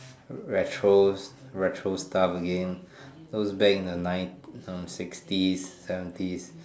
retro retro stuffs again those back in the nine sixties seventies